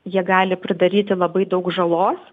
jie gali pridaryti labai daug žalos